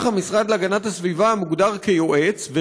המשרד להגנת הסביבה מוגדר כיועץ,